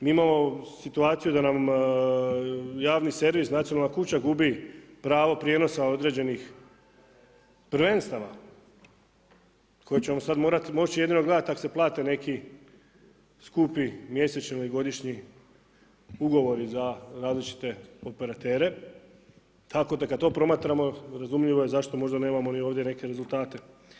Mi imamo situaciju da nam javni servis nacionalna kuća gubi pravo prijenosa određenih prvenstava koja ćemo moći jedino gledati ako se plate neki skupi mjesečni ili godišnji ugovori za različite operatere, tako da kada to promatramo razumljivo je zašto možda nemamo ni ovdje neke rezultate.